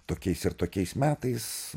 tokiais ir tokiais metais